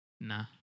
Nah